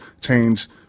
change